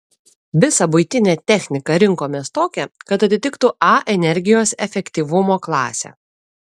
visą buitinę techniką rinkomės tokią kad atitiktų a energijos efektyvumo klasę